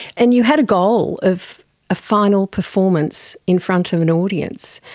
and you had a goal of a final performance in front of an audience.